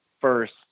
first